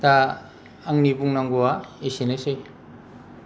दा आंनि बुंनांगौआ एसेनोसै